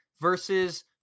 versus